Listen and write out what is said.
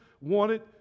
wanted